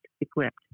equipped